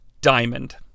Diamond